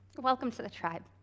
welcome to the tribe.